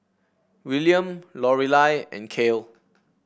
William Lorelai and Kale